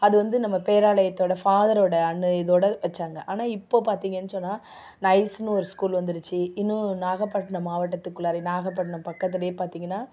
அது வந்து நம்ம பேராலயத்தோடய ஃபாதரோடய அனு இதோடு வெச்சாங்க ஆனால் இப்போ பார்த்தீங்கன்னு சொன்னால் நைஸ்னு ஒரு ஸ்கூல் வந்துடுச்சி இன்னும் நாகப்பட்னம் மாவட்டத்துக்குள்ளாரே நாகப்பட்டினம் பக்கத்துலேயே பார்த்தீங்கன்னா